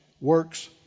works